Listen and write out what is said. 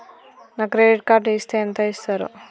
నాకు credit card ఇస్తే ఎంత ఇస్తరు?